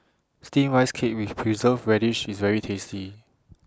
Steamed Rice Cake with Preserved Radish IS very tasty